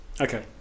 Okay